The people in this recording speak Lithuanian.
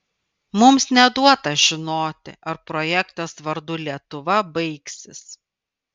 mums neduota žinoti ar projektas vardu lietuva baigsis